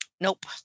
Nope